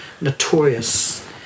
notorious